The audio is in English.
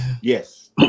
Yes